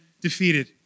defeated